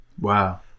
Wow